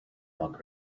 monk